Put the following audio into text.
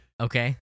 Okay